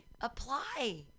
Apply